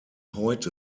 heute